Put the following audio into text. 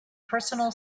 personal